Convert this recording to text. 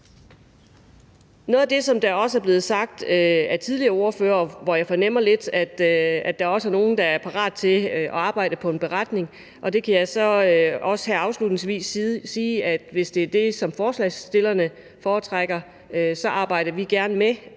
noget af det, der er blevet sagt af tidligere ordførere, fornemmer jeg lidt, at der er nogle, der er parat til at arbejde på en beretning, og der kan jeg så her afslutningsvis sige, at vi – hvis det er det, forslagsstillerne foretrækker – gerne arbejder med